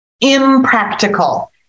impractical